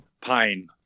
Pine